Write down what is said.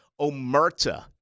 Omerta